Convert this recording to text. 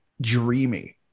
dreamy